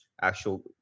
actual